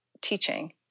teaching